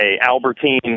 Albertine